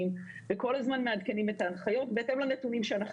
וכל הזמן מעדכנים את ההנחיות בהתאם לנתונים שאנחנו